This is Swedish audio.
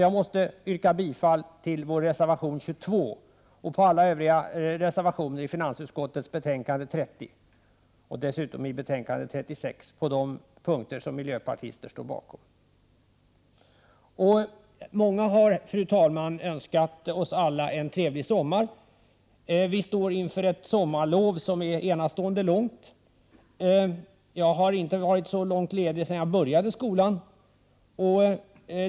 Jag måste således yrka bifall till vår reservation 22 och alla övriga reservationer i finansutskottets betänkanden 30 och 36 som miljöpartister står bakom. Många har, fru talman, önskat oss alla en trevlig sommar. Vi står inför ett sommarlov som är enastående långt. Jag har inte varit ledig så länge sedan jag började skolan.